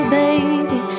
baby